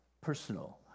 personal